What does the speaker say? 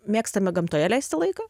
mėgstame gamtoje leisti laiką